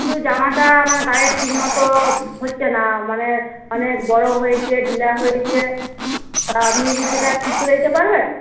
কিন্তু জামাটা আমার গায়ে ঠিকমতো হচ্ছে না মানে অনেক বড়ো হয়েছে ঢিলা হয়েছে তা আপনি কি সেটা ঠিক করে দিতে পারবেন